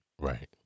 Right